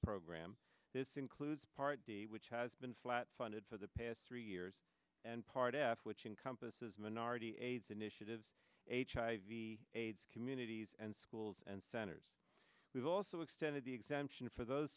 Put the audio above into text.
program this includes part d which has been flat funded for the past three years and part f which encompasses minority aids initiative hiv aids communities and schools and centers we've also extended the exemption for those